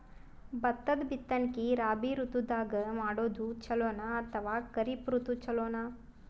ಭತ್ತದ ಬಿತ್ತನಕಿ ರಾಬಿ ಋತು ದಾಗ ಮಾಡೋದು ಚಲೋನ ಅಥವಾ ಖರೀಫ್ ಋತು ಚಲೋನ?